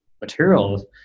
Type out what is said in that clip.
materials